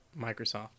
Microsoft